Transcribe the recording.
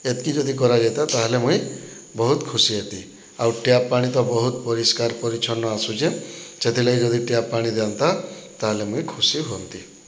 ଏତ୍କି ଯଦି କରାଯାଇଥାନ୍ତା ତାହାହେଲେ ମୁଇଁ ବହୁତ୍ ଖୁସି ହେବି ଆଉ ଟ୍ୟାପ୍ ପାଣି ତ ବହୁତ୍ ପରିଷ୍କାର ପରିଚ୍ଛନ ଆସୁଛି ସେଥିର୍ ଲାଗି ଯଦି ଟ୍ୟାପ୍ ପାଣି ଦିଅନ୍ତା ତାହେଲେ ମୁଇଁ ଖୁସି ହୁଅନ୍ତି